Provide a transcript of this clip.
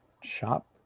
Shop